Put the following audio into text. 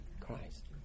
Christ